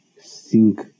sink